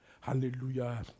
Hallelujah